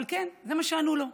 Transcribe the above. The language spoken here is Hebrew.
אבל כן, זה מה שענו לו.